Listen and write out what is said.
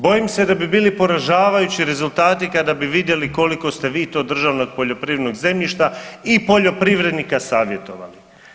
Bojim se da bi bili poražavajući rezultati kada bi vidjeli koliko ste vi to državnog poljoprivrednog zemljišta i poljoprivrednika savjetovali.